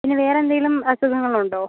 പിന്നെ വേറെ എന്തേലും അസുഖങ്ങളുണ്ടോ